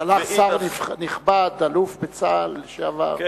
שלח שר נכבד, אלוף בצה"ל לשעבר, חבר הכנסת פלד.